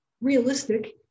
realistic